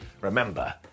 remember